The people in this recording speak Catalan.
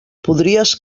podries